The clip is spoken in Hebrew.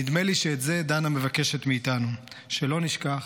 נדמה לי שאת זה דנה מבקשת מאיתנו, שלא נשכח,